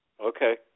Okay